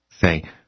Say